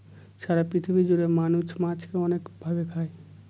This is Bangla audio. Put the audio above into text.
সারা পৃথিবী জুড়ে মানুষ মাছকে অনেক ভাবে খায়